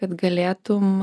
kad galėtum